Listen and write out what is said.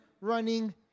running